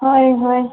ꯍꯣꯏ ꯍꯣꯏ